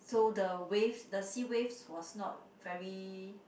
so the waves the sea waves was not very